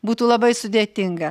būtų labai sudėtinga